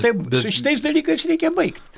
taip šitais dalykais reikia baigt